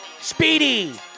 Speedy